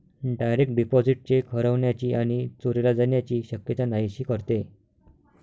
direct deposit cheque हरवण्याची आणि चोरीला जाण्याची शक्यता नाहीशी करते